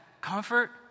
comfort